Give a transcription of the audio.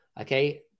okay